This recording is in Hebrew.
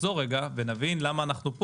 שנזכור למה אנחנו פה